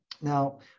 Now